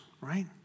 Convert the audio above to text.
Right